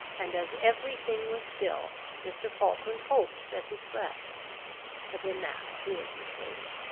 and, as every thing was still, mr. falkland hoped that he slept but in that he was mistaken.